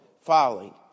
folly